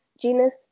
genus